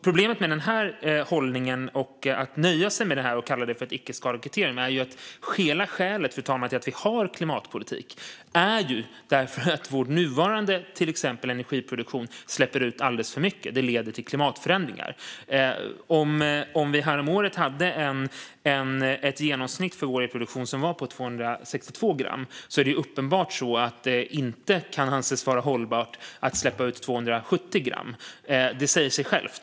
Problemet med denna hållning och med att nöja sig med detta och kalla det för ett icke-skada-kriterium, fru talman, är ju att hela skälet till att vi har en klimatpolitik är att vår nuvarande energiproduktion, till exempel, släpper ut alldeles för mycket, vilket leder till klimatförändringar. Om vi häromåret hade ett genomsnitt för vår elproduktion som låg på 262 gram är det uppenbart så att det inte kan anses vara hållbart att släppa ut 270 gram; det säger sig självt.